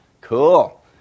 Cool